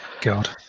God